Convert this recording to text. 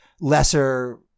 lesser